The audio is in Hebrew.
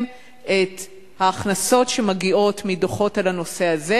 את ההכנסות שמגיעות מדוחות על הנושא הזה,